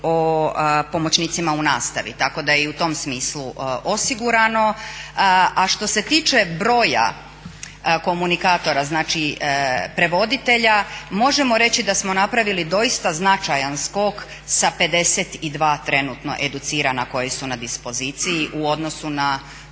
o pomoćnicima u nastavi tako da je i u tom smislu osigurano. A što se tiče broja komunikatora znači prevoditelja, možemo reći da smo napravili doista značajan skok sa 52 trenutno educirana koji su na dispoziciji u odnosu na